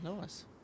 nice